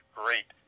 great